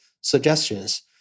suggestions